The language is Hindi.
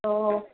तो